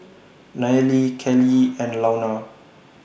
Nayeli Kellee and Launa